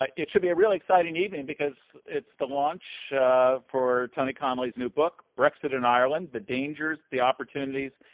ah it should be a really exciting evening, because it's the launch for tony connelly's new book, brexit and ireland the dangers, the opportunities,